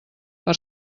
per